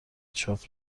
چاپ